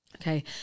Okay